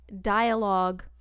dialogue